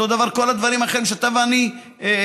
אותו הדבר הדברים האחרים שאתה ואני מכירים.